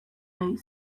nahi